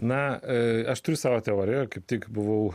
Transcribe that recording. na aš turiu savo teoriją kaip tik buvau